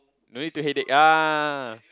no need to headaches yea